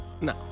No